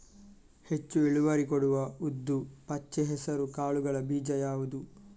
ಹೆಚ್ಚು ಇಳುವರಿ ಕೊಡುವ ಉದ್ದು, ಪಚ್ಚೆ ಹೆಸರು ಕಾಳುಗಳ ಬೀಜ ಯಾವುದು?